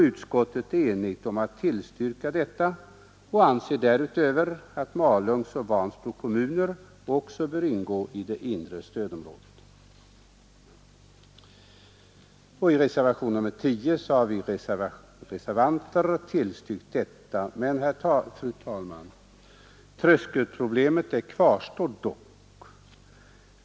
Ett enigt utskott tillstyrker detta förslag och anser därutöver att Malungs och Vansbro kommuner bör ingå i det inre stödområdet. I reservationen 10 har vi reservanter tillstyrkt detta. Men, fru talman, tröskelproblemet kvarstår.